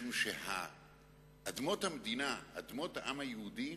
משום שאדמות המדינה, אדמות העם היהודי,